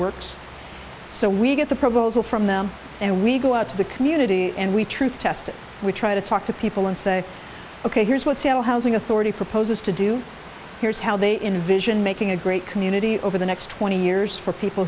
works so we get the proposal from them and we go out to the community and we truth test we try to talk to people and say ok here's what's our housing authority proposes to do here's how they envision making a great community over the next twenty years for people